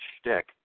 shtick